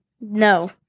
No